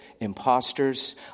imposters